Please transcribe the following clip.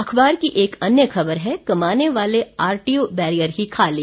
अखबार की एक अन्य खबर है कमाने वाले आरटीओ बैरियर ही खाली